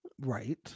Right